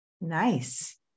Nice